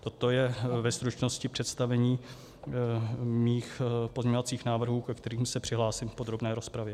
Toto je ve stručnosti představení mých pozměňovacích návrhů, ke kterým se přihlásím v podrobné rozpravě.